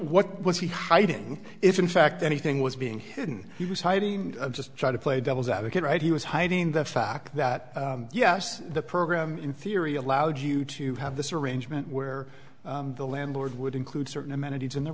what was he hiding if in fact anything was being hidden he was hiding just trying to play devil's advocate right he was hiding the fact that yes the program in theory allowed you to have this arrangement where the landlord would include certain amenities in the